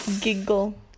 Giggle